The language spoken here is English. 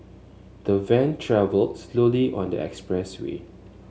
the van travelled slowly on the expressway